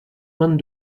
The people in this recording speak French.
vingt